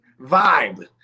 vibe